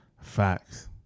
Facts